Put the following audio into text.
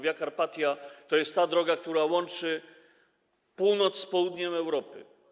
Via Carpatia to jest ta droga, która łączy północ z południem Europy.